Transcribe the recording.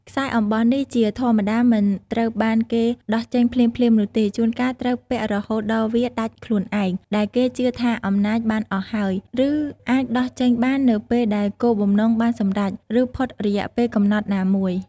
ខ្សែអំបោះនេះជាធម្មតាមិនត្រូវបានគេដោះចេញភ្លាមៗនោះទេ ជួនកាលត្រូវពាក់រហូតដល់វាដាច់ខ្លួនឯង ដែលគេជឿថាអំណាចបានអស់ហើយ ឬអាចដោះចេញបាននៅពេលដែលគោលបំណងបានសម្រេច ឬផុតរយៈពេលកំណត់ណាមួយ។